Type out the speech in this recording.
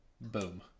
boom